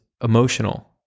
emotional